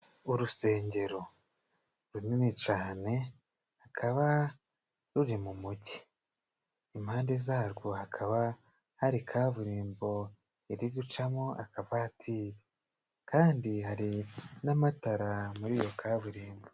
Urusengero runini cane rukaba ruri mu mugi, impande zarwo hakaba hari kaburimbo iri gucamo akavatiri, kandi hari n'amatara muri iyo kaburimbo.